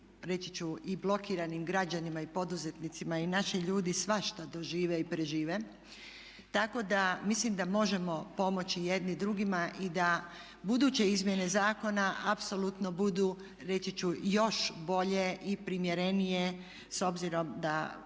reći ću i blokiranim građanima i poduzetnicima i naši ljudi svašta dožive i prežive, tako da mislim da možemo pomoći jedni drugima i da buduće izmjene zakona apsolutno budu reći ću još bolje i primjerenije s obzirom da